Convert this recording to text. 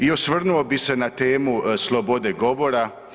I osvrnuo bih se na temu slobode govora.